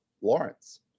lawrence